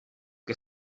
que